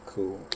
Cool